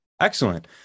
Excellent